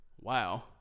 Wow